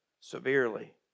severely